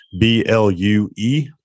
B-L-U-E